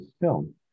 film